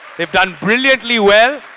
they've done brilliantly well.